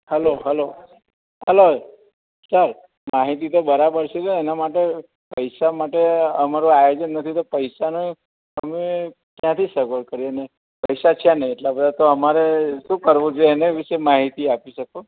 hello hello hello sir માહિતી તો બરાબર છે એના માટે પૈસા માટે અમારું આયોજન નથી તો પૈસાને અમે ક્યાંથી સગવડ કરીએ ને પૈસા છે નહીં એટલા બધા તો અમારે શું કરવું જોઈએ એને વિશે માહિતી આપી શકો